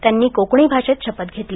त्यांनी कोकणी भाषेत शपथ घेतली